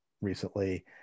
recently